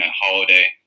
holiday